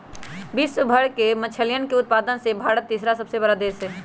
विश्व भर के मछलयन उत्पादन में भारत तीसरा सबसे बड़ा देश हई